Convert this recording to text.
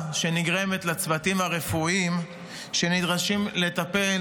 שנגרמת לצוותים הרפואיים שנדרשים לטפל